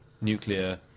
nuclear